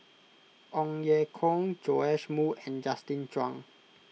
Ong Ye Kung Joash Moo and Justin Zhuang